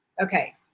Okay